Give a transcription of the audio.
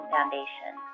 Foundation